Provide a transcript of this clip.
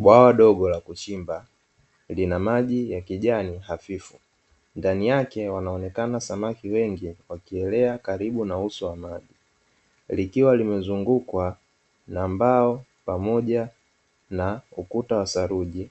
Bwawa dogo la kuchimba lina maji ya kijani hafifu ndani yake wanaonekana samaki wengi wakielea karibu na uso wa maji, likiwa limezungukwa na mbao pamoja na ukuta wa saruji